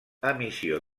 emissió